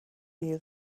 you